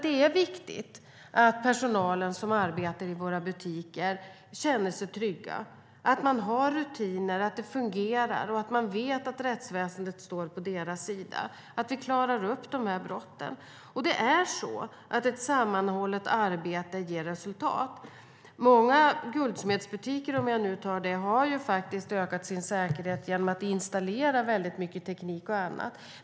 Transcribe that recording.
Det är viktigt att personalen som arbetar i våra butiker känner sig trygg, att de har rutiner som fungerar, att de vet att rättsväsendet står på deras sida och att man klarar upp de här brotten. Det är så att ett sammanhållet arbete ger resultat. Många guldsmedsbutiker, för att ta dem som exempel, har ökat sin säkerhet genom att installera mycket teknik och annat.